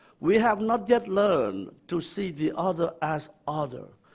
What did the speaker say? we have not yet learned to see the other as other,